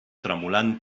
tremolant